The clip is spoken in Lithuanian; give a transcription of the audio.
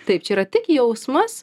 taip čia yra tik jausmas